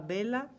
Bella